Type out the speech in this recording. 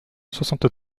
soixante